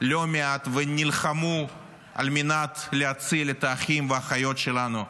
לא מעט ונלחמו על מנת להציל את האחים והאחיות שלנו,